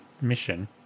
mission